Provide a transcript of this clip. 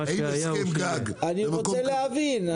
האם הסכם גג במקום --- אני רוצה להבין.